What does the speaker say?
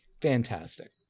Fantastic